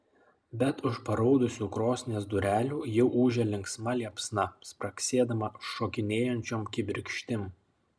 bet už paraudusių krosnies durelių jau ūžia linksma liepsna spragsėdama šokinėjančiom kibirkštim